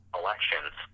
elections